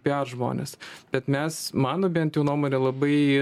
pr žmonės bet mes mano bent jau nuomone labai